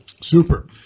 Super